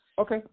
Okay